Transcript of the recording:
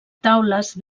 taules